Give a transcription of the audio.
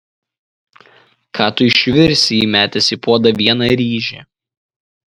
ką tu išvirsi įmetęs į puodą vieną ryžį